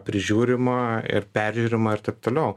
prižiūrima ir peržiūrima ir taip toliau